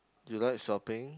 do you like shopping